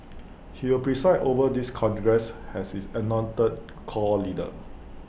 he will preside over this congress as its anointed core leader